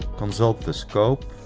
consult the scope,